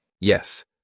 Yes